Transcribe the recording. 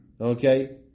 Okay